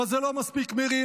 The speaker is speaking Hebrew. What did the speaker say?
אבל זה לא מספיק, מירי.